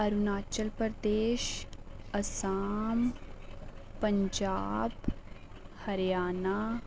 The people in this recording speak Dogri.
अरूणाचल प्रदेश असाम पंजाब हरियाणा